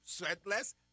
sweatless